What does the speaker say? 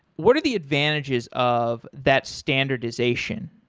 what are the advantages of that standardization?